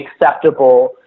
acceptable